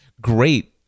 great